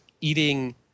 eating